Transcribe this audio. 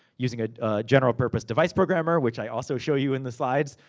using a general purpose device programmer. which i also show you in the slides.